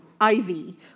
Ivy